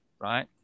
right